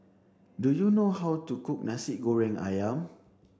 do you know how to cook Nasi Goreng Ayam